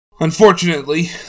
Unfortunately